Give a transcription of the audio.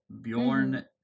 Bjorn